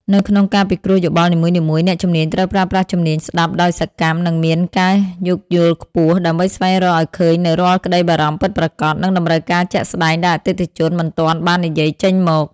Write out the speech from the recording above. នៅក្នុងការពិគ្រោះយោបល់នីមួយៗ អ្នកជំនាញត្រូវប្រើប្រាស់ជំនាញស្ដាប់ដោយសកម្ម និងមានការយោគយល់ខ្ពស់ ដើម្បីស្វែងរកឱ្យឃើញនូវរាល់ក្ដីបារម្ភពិតប្រាកដ និងតម្រូវការជាក់ស្ដែងដែលអតិថិជនមិនទាន់បាននិយាយចេញមក។